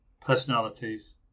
personalities